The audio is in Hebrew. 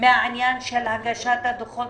מהעניין של הגשת הדוחות